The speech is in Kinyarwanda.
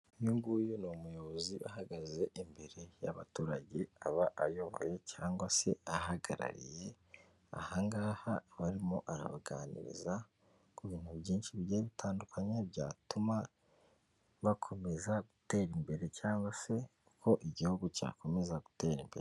Uyunguyu ni umuyobozi u ahagaze imbere y'abaturage, akaba ayoboye cyangwa se ahagarariye ahangaha akaba arimo arabaganiriza, ku bintu byinshi bigiye bitandukanye byatuma bakomeza gutera imbere cyangwa se ko igihugu cyakomeza gutera imbere.